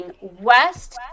west